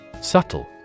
Subtle